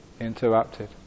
interrupted